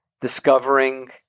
discovering